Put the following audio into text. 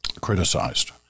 criticized